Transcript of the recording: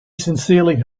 sincerely